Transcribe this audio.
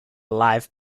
live